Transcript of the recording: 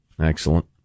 Excellent